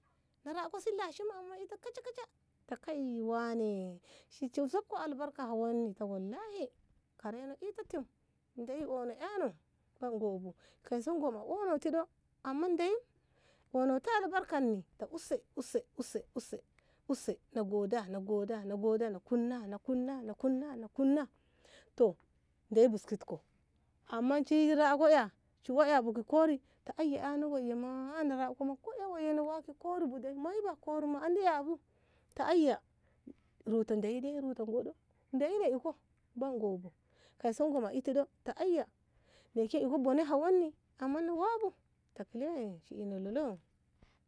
na rako si lashimamma ito kacha kachata kai wane shi sub ko albarka hawonni karaino inni tim ndeyi ono ƙano kaiso ngo a ono ti ƙo amma ndeyi onoti albarkanni ta use use use na goda na goda na goda na kunna na kunna na kunna na kunna toh ndeyi biskitko amma shi rako ƙa shi wa ƙa ki kori bu ta anya ƙa woi in rako ke in wa ki kori bu dai moyi ba kori ma an ƙabu ta aiya ruta ndeyi dai ruta ngo ƙo ndeyi ne iko baya ngo bu kaiso ngo a iti ɗo ta aiya ne'e ke ni iko bone hawonni amma ni wabu ta kile shi ina lolo.